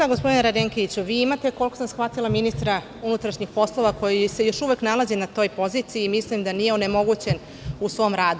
Gospodine Radenkoviću, koliko sam shvatila, vi imate ministra unutrašnjihposlova koji se još uvek nalazi na toj poziciji i mislim da nije onemogućen u svom radu.